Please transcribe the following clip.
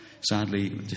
sadly